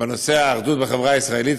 בנושא האחדות בחברה הישראלית.